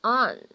on